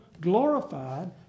glorified